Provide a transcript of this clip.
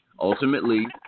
ultimately